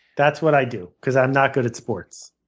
that's what i do, because i'm not good at sports.